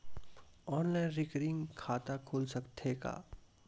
Online recurring खाता खुल सकथे का?